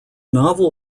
novel